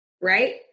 right